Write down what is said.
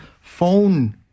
phone